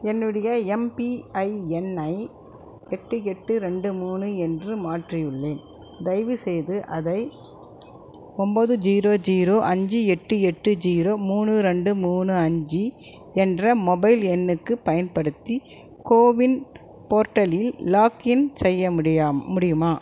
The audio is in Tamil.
என்னுடைய எம்பிஐஎன்ஐ எட்டு எட்டு ரெண்டு மூணு என்று மாற்றியுள்ளேன் தயவுசெய்து அதை ஒம்பது ஜீரோ ஜீரோ அஞ்சு எட்டு எட்டு ஜீரோ மூணு ரெண்டு மூணு அஞ்சு என்ற மொபைல் எண்ணுக்குப் பயன்படுத்தி கோவின் போர்ட்டலில் லாக்இன் செய்ய முடியா முடியுமா